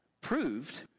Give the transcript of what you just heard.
proved